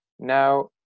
Now